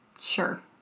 Sure